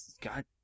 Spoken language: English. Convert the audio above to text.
God